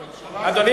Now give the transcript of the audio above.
חסון,